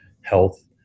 health